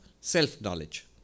self-knowledge